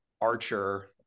Archer